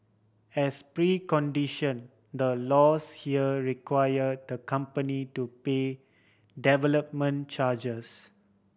as precondition the laws here require the company to pay development charges